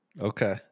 Okay